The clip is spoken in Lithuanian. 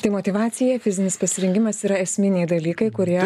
tai motyvacija fizinis pasirengimas yra esminiai dalykai kurie